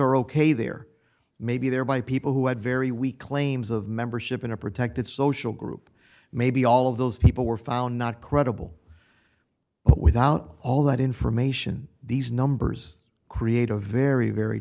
are ok there may be there by people who had very weak claims of membership in a protected social group maybe all of those people were found not credible but without all that information these numbers create a very very